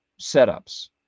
setups